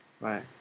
Right